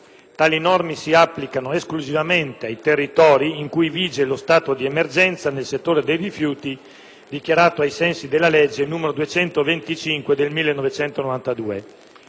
tali norme si applicano esclusivamente ai territori in cui vige lo stato di emergenza nel settore dei rifiuti, dichiarato ai sensi della legge 24 febbraio 1992,